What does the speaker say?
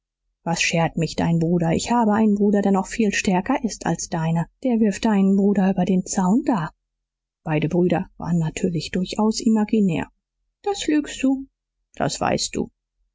was schert mich dein bruder ich hab einen bruder der noch viel stärker ist als deiner der wirft deinen bruder über den zaun da beide brüder waren natürlich durchaus imaginär das lügst du das weißt du